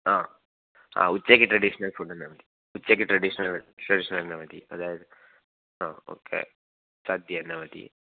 ആ ആ ഉച്ചയ്ക്ക് ട്രഡീഷ്ണൽ ഫുഡ് തന്നെ മതി ഉച്ചയ്ക്ക് ട്രഡീഷണൽ ട്രഡീഷണൽ തന്നെ മതി അതായത് ആ ഓക്കേ സദ്യ തന്നെ മതി